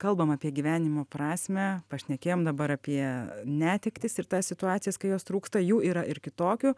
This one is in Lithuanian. kalbam apie gyvenimo prasmę pašnekėjom dabar apie netektis ir tas situacijas kai jos trūksta jų yra ir kitokių